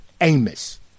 Amos